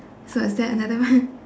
so is that another one